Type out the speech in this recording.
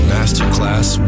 Masterclass